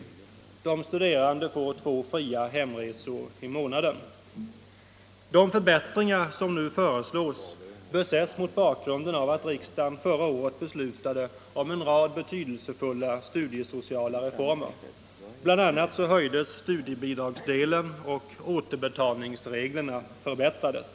De förbättringar som nu föreslås bör ses mot bakgrunden av att riksdagen förra året beslutade om en rad betydelsefulla studiesociala reformer. Bl. a. höjdes studiebidragsdelen och återbetalningsreglerna förbättrades.